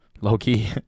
low-key